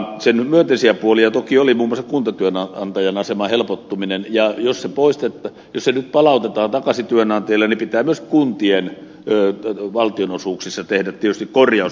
sen myönteisiä puolia toki oli muun muassa kuntatyönantajan aseman helpottuminen ja jos kelamaksu nyt palautetaan takaisin työnantajille niin pitää myös kuntien valtionosuuksissa tehdä tietysti korjaus vastaavaan suuntaan